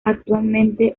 actualmente